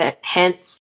hence